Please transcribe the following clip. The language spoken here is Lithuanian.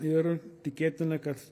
ir tikėtina kad